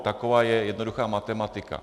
Taková je jednoduchá matematika.